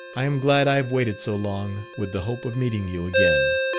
i am glad i have waited so long, with the hope of meeting you again.